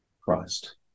Christ